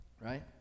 right